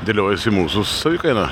dėliojasi mūsų savikaina